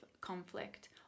conflict